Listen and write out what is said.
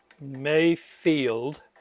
Mayfield